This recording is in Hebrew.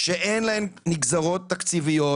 שאין להן נגזרות תקציביות